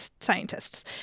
scientists